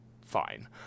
Fine